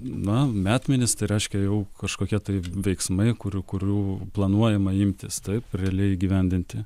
na metmenys tai reiškia jau kažkokie tai veiksmai kurių kurių planuojama imtis taip realiai įgyvendinti